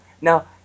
Now